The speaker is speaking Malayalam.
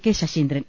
കെ ശശീന്ദ്രൻ